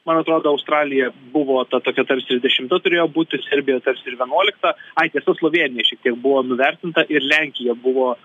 man atrodo australija buvo ta tokia tarsi dešimta turėjo būt ir serbija tarsi ir vienuolikta ai tiesa slovėnija šiek tiek buvo nuvertinta ir lenkija buvo